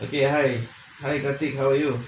okay hi hi karthik how are you